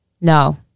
No